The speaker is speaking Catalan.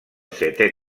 setè